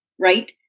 Right